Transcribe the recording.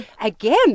Again